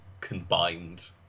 combined